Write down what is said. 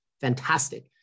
Fantastic